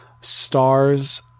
stars